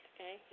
Okay